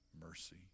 mercy